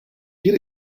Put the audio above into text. bir